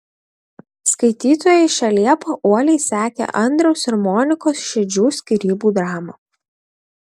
skaitytojai šią liepą uoliai sekė andriaus ir monikos šedžių skyrybų dramą